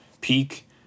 Peak